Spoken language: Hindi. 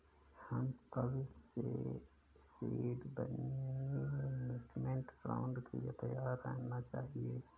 हमें कल के सीड मनी इन्वेस्टमेंट राउंड के लिए तैयार रहना चाहिए